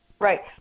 Right